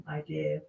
idea